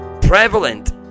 prevalent